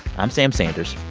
i'm sam sanders.